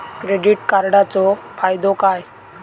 Credit कार्डाचो फायदो काय?